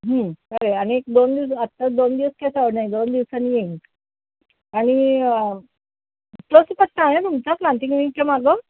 खरं आहे आणि एक दोन दिवस आत्ताच दोन दिवस काय सवड नाही दोन दिवसांनी येईन मी आणि तोच पत्ता आहे तुमचा प्लान्टिंगविंगच्या मागं